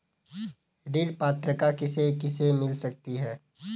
ऋण पात्रता किसे किसे मिल सकती है?